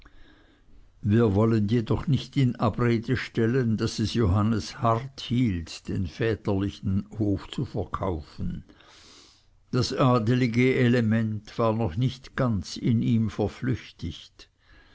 wir wollen jedoch nicht in abrede stellen daß es johannes hart hielt den väterlichen hof zu verkaufen das adeliche element war noch nicht ganz in ihm verflüchtigt